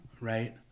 Right